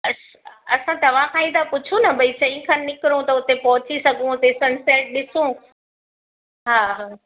अच्छा असां तव्हां खां ई था पुछूं न भई चईं खणु निकिरूं त उते पहुची सघूं उते सनसेट ॾिसूं हा हा